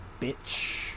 Bitch